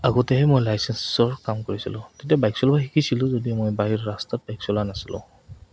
আগতেহে মই লাইচেঞ্চৰ কাম কৰিছিলোঁ তেতিয়া বাইক চলোৱা শিকিছিলোঁ যদিও মই বাহিৰত ৰাস্তাত বাইক চলোৱা নাছিলোঁ